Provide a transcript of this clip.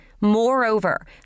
Moreover